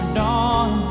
dawn